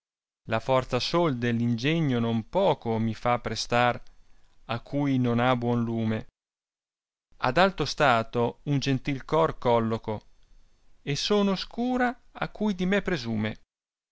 la forza sol de l'ingegno non poco mi fa prestar a cui non ha buon lume ad alto stato un gentil cor colloco e sono scura a cui di me presume